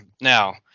Now